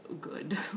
good